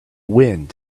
wind